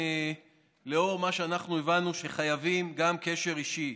לאור מה שאנחנו הבנו, שחייבים גם קשר אישי,